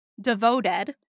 devoted